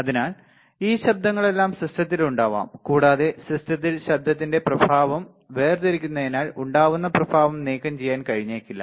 അതിനാൽ ഈ ശബ്ദങ്ങളെല്ലാം സിസ്റ്റത്തിൽ ഉണ്ടാവാം കൂടാതെ സിസ്റ്റത്തിൽ ശബ്ദത്തിന്റെ പ്രഭാവം വേർതിരിക്കുന്നതിനാൽ ഉണ്ടാകുന്ന പ്രഭാവം നീക്കംചെയ്യാൻ കഴിഞ്ഞേക്കില്ല